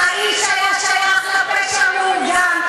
האיש היה שייך לפשע המאורגן.